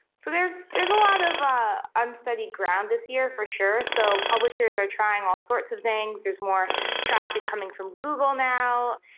so there's there's a lot of unstudied ground this year, for sure, so publishers are trying all sorts of things, there's more traffic coming from google now,